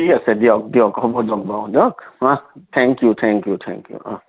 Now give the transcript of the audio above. ঠিক আছে দিয়ক দিয়ক হ'ব দিয়ক বাৰু দিয়ক অহ thank you thank you thank you oh